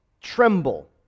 tremble